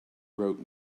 wrote